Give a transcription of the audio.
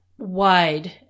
wide